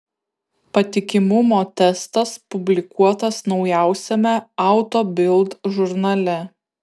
patikimumo testas publikuotas naujausiame auto bild žurnale